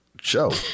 show